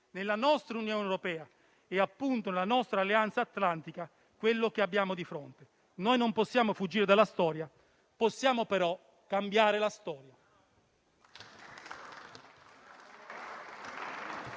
nella nostra Unione europea e nella nostra Alleanza Atlantica quello che abbiamo di fronte. Non possiamo fuggire dalla storia, possiamo però cambiare la storia.